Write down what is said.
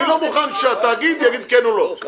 אני לא מוכן שהתאגיד יגיד כן או לא.